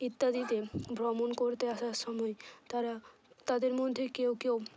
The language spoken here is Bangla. ইত্যাদিতে ভ্রমণ করতে আসার সময় তারা তাদের মধ্যে কেউ কেউ